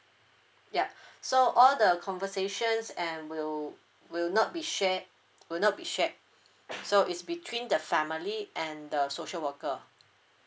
ya so all the conversations and will will not be shared will not be shared so is between the family and the social worker